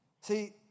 See